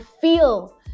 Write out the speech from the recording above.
feel